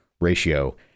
ratio